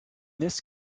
this